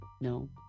No